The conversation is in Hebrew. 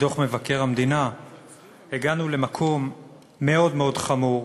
הוא שהגענו למקום מאוד מאוד חמור,